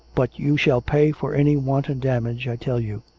but you shall pay for any wanton dam age, i tell you.